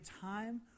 time